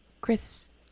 Chris